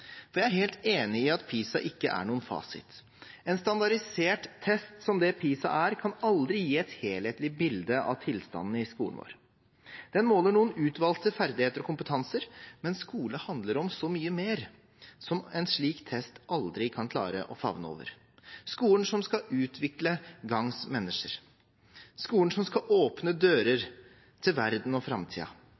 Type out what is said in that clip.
Jeg er helt enig i at PISA ikke er noen fasit. En standardisert test som det PISA er, kan aldri gi et helhetlig bilde av tilstanden i skolen vår. Den måler noen utvalgte ferdigheter og kompetanser, men skole handler om så mye mer som en slik test aldri kan klare å favne over: Skolen som skal utvikle «gagns menneske», skolen som skal åpne dører til verden og